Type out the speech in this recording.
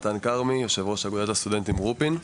אני יושב ראש אגודת הסטודנטים רופין.